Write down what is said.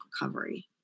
recovery